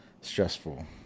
stressful